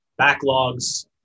backlogs